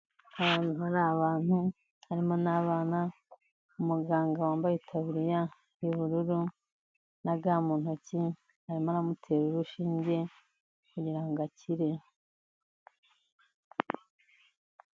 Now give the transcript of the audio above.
Ahantu hari abantu, harimo n'abana, umuganga wambaye itaburiya y'ubururu na ga mu ntoki, arimo aramutera urushinge kugira ngo akire.